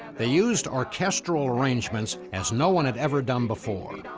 they used orchestral arrangements as no one had ever done before.